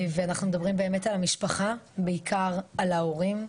ואנחנו מדברים באמת על המשפחה, בעיקר על ההורים.